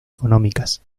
económicas